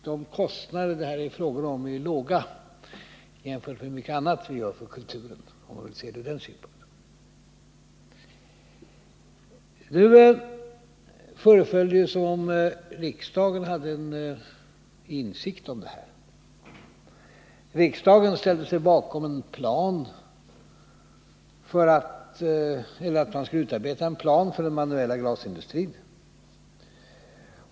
De kostnader det här är fråga om är mycket små jämfört med mycket annat vi gör för kulturen, om man vill se det från den synpunkten. Det föreföll som om riksdagen hade en insikt om det här. Riksdagen ställde sig bakom förslaget att man skulle utarbeta en plan för den manuella glasindustrin.